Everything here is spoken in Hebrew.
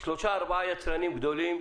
של שלושה-ארבעה יצרנים גדולים,